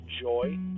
joy